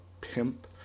pimp